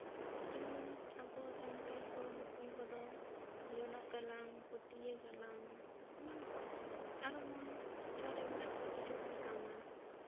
ᱡᱮᱢᱚᱱ ᱟᱵᱚ ᱥᱟᱱᱛᱟᱲ ᱦᱚᱲ ᱦᱚᱯᱚᱱ ᱠᱚᱫᱚ ᱡᱚᱱᱚᱜ ᱜᱟᱞᱟᱝ ᱯᱟᱹᱴᱭᱟᱹ ᱜᱟᱞᱟᱝ ᱮᱢᱟᱱ ᱠᱚ ᱟᱨᱚ ᱱᱚᱣᱟ ᱴᱚᱴᱷᱟ ᱨᱮ ᱢᱮᱱᱟᱜ ᱠᱚᱣᱟ ᱠᱤᱪᱷᱩ ᱜᱟᱱ ᱠᱟᱢᱟᱨ